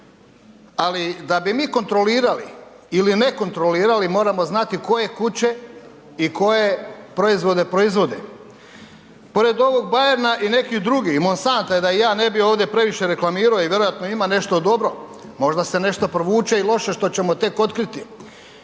Ali da bi mi kontrolirali ili ne kontrolirali moramo znati koje kuće i koje proizvode proizvode. Pored ovog Bayerna i neki drugih Monsante da ih ja ne bi ovdje previše reklamirao i vjerojatno ima nešto dobro, možda se nešto provuče i loše što ćemo tek otkriti.